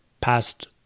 past